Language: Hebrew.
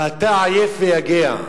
ואתה עייף ויגע,